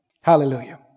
Hallelujah